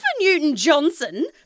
Newton-Johnson